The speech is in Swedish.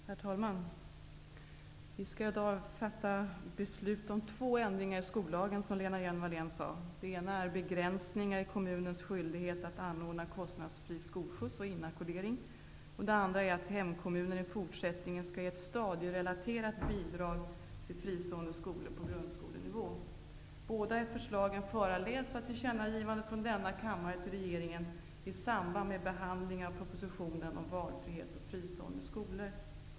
Herr talman! Vi skall i dag fatta beslut om två ändringar i skollagen, som Lena Hjelm-Wallén sade. Den ena är begränsningar i kommunens skyldighet att anordna kostnadsfri skolskjuts och inackordering, den andra är att hemkommunen i fortsättningen skall ge ett stadierelaterat bidrag till fristående skolor på grundskolenivå. Båda förslagen föranleds av tillkännagivanden från denna kammare till regeringen i samband med behandlingen av propositionen om valfrihet och fristående skolor.